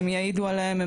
הם יעידו עליהם,